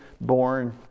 born